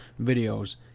videos